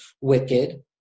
wicked